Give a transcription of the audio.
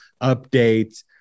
updates